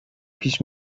پیش